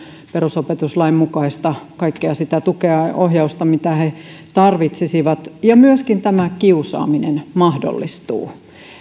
sitä perusopetuslain mukaista tukea ja ohjausta mitä he tarvitsisivat ja myöskin kiusaaminen mahdollistuu